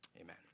Amen